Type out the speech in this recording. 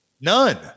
None